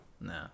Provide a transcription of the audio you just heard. No